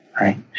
right